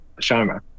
Sharma